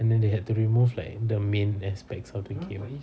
and then they had to remove like the main aspect of the game